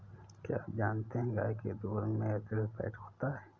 क्या आप जानते है गाय के दूध में अतिरिक्त फैट होता है